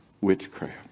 Witchcraft